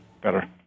better